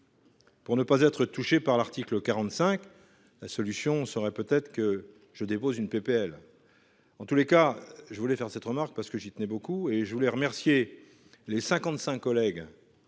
Pour ne pas être touché par l'article 45. La solution serait peut-être que je dépose une PPL. En tous les cas je voulais faire cette remarque, parce que j'y tenais beaucoup et je voulais remercier les 55 collègue.